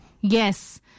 Yes